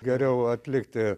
geriau atlikti